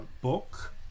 book